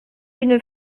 une